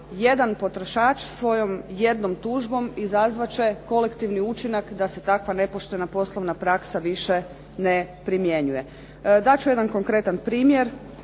Jedan potrošač svojom jednom tužbom izazvat će kolektivni učinak da se takva nepoštena poslovna praksa više ne primjenjuje. Dat ću jedan konkretan primjer.